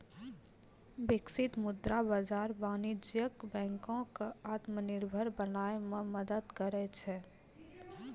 बिकसित मुद्रा बाजार वाणिज्यक बैंको क आत्मनिर्भर बनाय म मदद करै छै